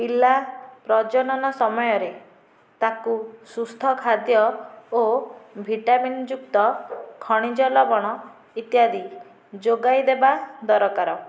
ପିଲା ପ୍ରଜନନ ସମୟରେ ତାକୁ ସୁସ୍ଥ ଖାଦ୍ୟ ଓ ଭିଟାମିନ୍ ଯୁକ୍ତ ଖଣିଜ ଲବଣ ଇତ୍ୟାଦି ଯୋଗାଇଦେବା ଦରକାର